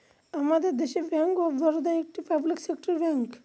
আমাদের দেশে bank of Baroda একটি পাবলিক সেক্টর ব্যাঙ্ক